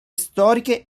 storiche